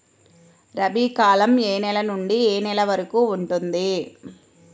రబీ కాలం ఏ నెల నుండి ఏ నెల వరకు ఉంటుంది?